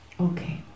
Okay